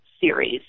series